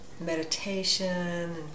meditation